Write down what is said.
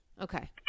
Okay